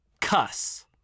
cuss